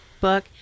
book